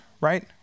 right